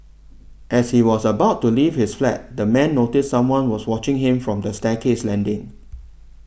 as he was about to leave his flat the man noticed someone was watching him from the staircase landing